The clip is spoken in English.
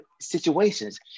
situations